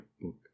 Book